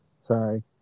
Sorry